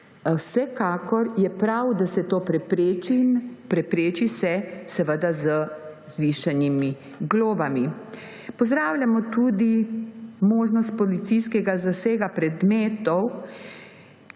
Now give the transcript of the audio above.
Vsekakor je prav, da se to prepreči, in prepreči se seveda z zvišanimi globami. Pozdravljamo tudi možnost policijskega zasega predmetov,